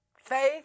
Faith